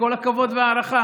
עם כל הכבוד וההערכה.